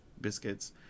biscuits